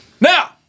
Now